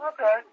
Okay